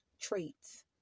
traits